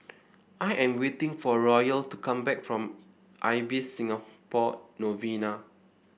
I am waiting for Royal to come back from Ibis Singapore Novena